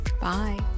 Bye